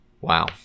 wow